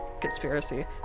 conspiracy